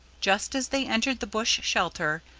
just as they entered the bush shelter,